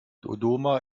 dodoma